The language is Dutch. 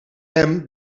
hem